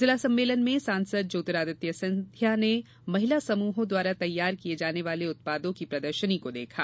जिला सम्मेलन में सांसद ज्योतिरादित्य सिंधिया ने महिला समूहों द्वारा तैयार किए जाने वाले उत्पादों की प्रदर्शनी को देखा